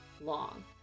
long